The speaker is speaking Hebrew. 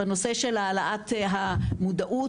בנושא של העלאת המודעות.